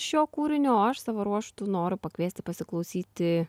šio kūrinio o aš savo ruožtu noriu pakviesti pasiklausyti